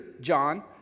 John